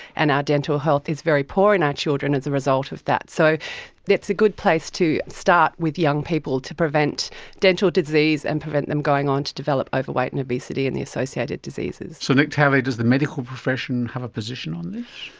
and our dental health is very poor in our children as a result of that. so it's a good place to start, with young people, to prevent dental disease and to prevent them going on to develop overweight and obesity and the associated diseases. so nick talley, does the medical profession a position on this?